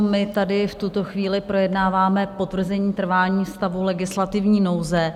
My tady v tuto chvíli projednáváme potvrzení trvání stavu legislativní nouze.